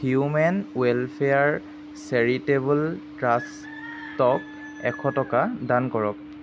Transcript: human welfare charitable ট্ৰাষ্টক এশ টকা দান কৰক